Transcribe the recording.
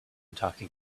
talking